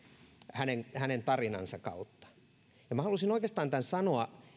hänen hänen tarinansa kautta halusin oikeastaan tämän sanoa